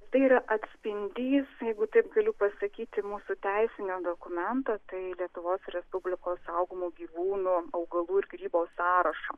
tai yra atspindys jeigu taip galiu pasakyti mūsų teisinio dokumento tai lietuvos respublikos saugomų gyvūnų augalų ir grybų sąrašą